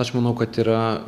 aš manau kad yra